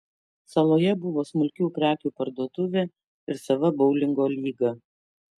saloje buvo smulkių prekių parduotuvė ir sava boulingo lyga